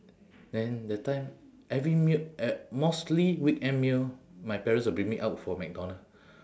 then that time every meal uh mostly weekend meal my parents would bring me out for mcdonald